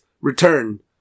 return